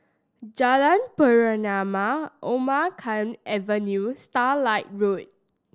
Jalan Pernama Omar Khayyam Avenue Starlight Road